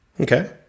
Okay